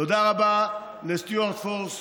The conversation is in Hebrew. תודה רבה לסטיוארט פורס,